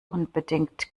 unbedingt